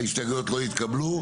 ההסתייגויות לא התקבלו.